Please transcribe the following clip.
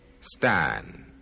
Stand